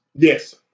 Yes